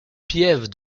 pieve